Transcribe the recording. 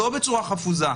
לא בצורה חפוזה,